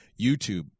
YouTube